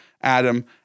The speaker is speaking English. Adam